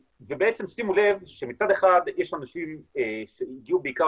ובעצם שימו לב שמצד אחד יש אנשים שהגיעו בעיקר